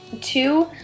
two